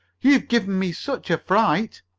you've given me such a fright!